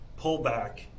pullback